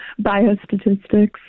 Biostatistics